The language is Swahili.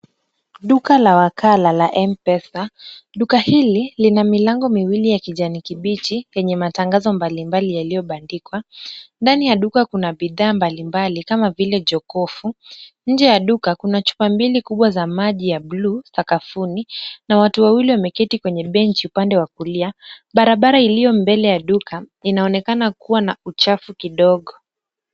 Duka la wakala la M-Pesa. Duka hili lina milango miwili ya kijani kibichi yenye matangazo mbalimbali yaliyobandikwa. Ndani ya duka kuna bidhaa mbalimbali kama vile jokofu. Nje ya duka kuna chupa mbili kubwa za maji ya bluu sakafuni na watu wawili wameketi kwenye benchi upande wa kulia. Barabara iliyo mbele ya duka inaonekana kuwa na uchafu kidogo.